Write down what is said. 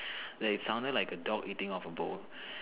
like it sounded like a dog eating off a bowl